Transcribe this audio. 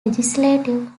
legislative